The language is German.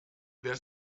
wer